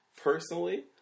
Personally